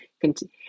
continue